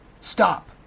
Stop